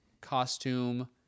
costume